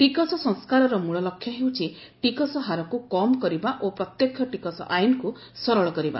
ଟିକସ ସଂସ୍କାରର ମ୍ବଳଲକ୍ଷ୍ୟ ହେଉଛି ଟିକସ ହାରକୁ କମ୍ କରିବା ଓ ପ୍ରତ୍ୟକ୍ଷ ଟିକସ ଆଇନକୁ ସରଳ କରିବା